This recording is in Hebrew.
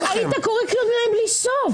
היית קורא קריאות ביניים בלי סוף.